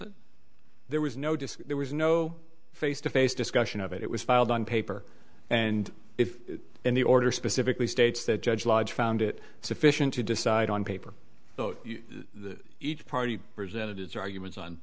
it there was no disk there was no face to face discussion of it it was filed on paper and if in the order specifically states that judge lodge found it sufficient to decide on paper vote each party presented its arguments on